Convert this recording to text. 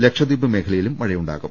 ലക്ഷദ്വീപ് മേഖ ലയിലും മഴയുണ്ടാകും